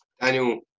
Daniel